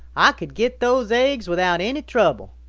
ah could get those eggs without any trouble.